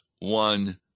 one